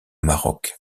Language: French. maroc